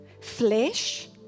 Flesh